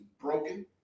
broken